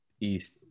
East